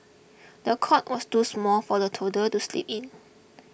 the cot was too small for the toddler to sleep in